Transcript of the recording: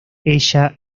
ella